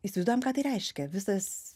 įsivaizduojam kad tai reiškia visas